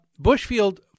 Bushfield